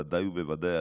בוודאי ובוודאי,